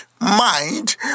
Mind